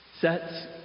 Sets